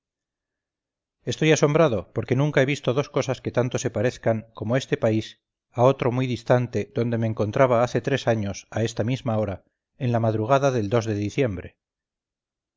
estoy asombrado porque nunca he visto dos cosas que tanto se parezcan como este país a otro muy distante donde me encontraba hace tres años a esta misma hora en la madrugada del de diciembre